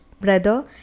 Brother